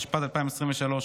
התשפ"ד 2023,